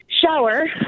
shower